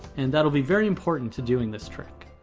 and that'll be very important to doing this trick.